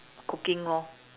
cooking lor